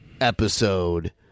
episode